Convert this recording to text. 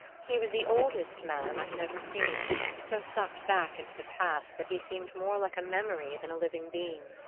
he was the oldest man i had ever seen so sucked back into the past that he seemed more like a memory than a living being.